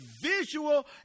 visual